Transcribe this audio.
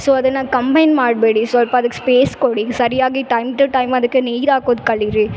so ಅದನ್ನು combine ಮಾಡಬೇಡಿ ಸ್ವಲ್ಪ ಅದಕ್ಕೆ ಸ್ಪೇಸ್ ಕೊಡಿ ಸರಿಯಾಗಿ ಟೈಮ್ ಟು ಟೈಮ್ ಅದಕ್ಕೆ ನೀರು ಹಾಕೋದ್ ಕಲೀರಿ